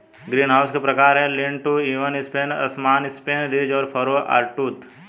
greenhouse के प्रकार है, लीन टू, इवन स्पेन, असमान स्पेन, रिज और फरो, आरीटूथ